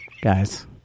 guys